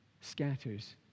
scatters